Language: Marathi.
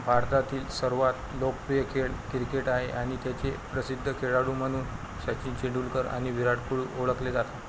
भारतातील सर्वात लोकप्रिय खेळ क्रिकेट आहे आणि त्याचे प्रसिद्ध खेळाडू म्हणून सचिन तेंडुलकर आणि विराट कोहली ओळखले जातात